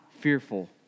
fearful